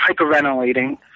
hyperventilating